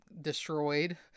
destroyed